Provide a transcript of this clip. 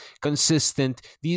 consistent